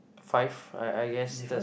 five I I guess that's